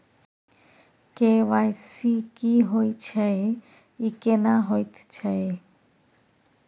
KYC की होय छै, ई केना होयत छै?